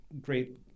great